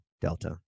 Delta